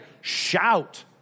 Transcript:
shout